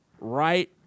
right